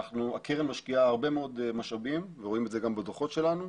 הקרן משקיעה הרבה מאוד משאבים ורואים את זה גם בדוחות שלנו.